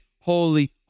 Holy